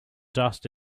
dust